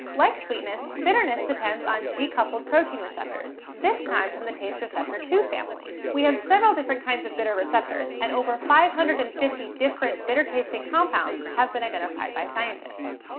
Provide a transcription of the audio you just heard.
like sweetness, bitterness depends on g-coupled protein receptors. this time from the taste receptor two family. we have several different kinds of bitter receptors, and over five hundred and fifty different bitter-tasting compounds have been identified by scientists.